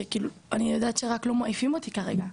אני יודעת רק שלא מעריכים אותי כרגע.